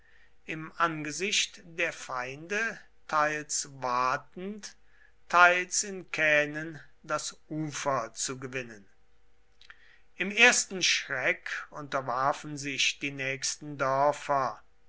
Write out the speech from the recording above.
im angesicht der feinde teils watend teils in kähnen das ufer zu gewinnen im ersten schreck unterwarfen sich die nächsten dörfer